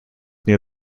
near